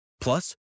plus